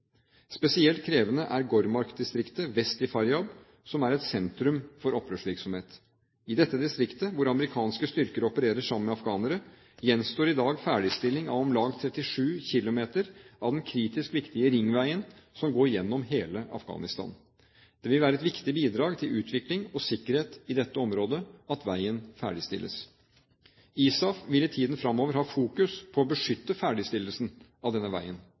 Spesielt krevende er Ghowrmach-distriktet vest i Faryab, som er et sentrum for opprørsvirksomhet. I dette distriktet, hvor amerikanske styrker opererer sammen med afghanere, gjenstår i dag ferdigstilling av om lag 37 kilometer av den kritisk viktige ringveien, som går gjennom hele Afghanistan. Det vil være et viktig bidrag til utvikling og sikkerhet i dette området at veien ferdigstilles. ISAF vil i tiden fremover ha fokus på å beskytte ferdigstillelsen av denne veien.